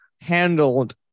handled